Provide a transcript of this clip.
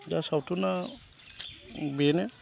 दा सावथुना बेनो